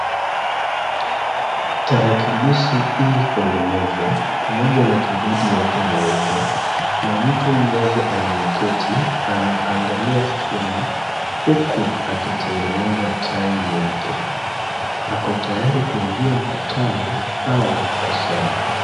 Tarakilishi i kwenye meza, pamoja na kibodi yake nyeupe na mtu mmoja aliyeketi anaangalia skrini huku akitengeneza tai yake. Ako tayari kuingia mkutano au kusoma.